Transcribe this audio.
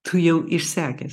tu jau išsekęs